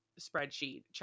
spreadsheet